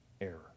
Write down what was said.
error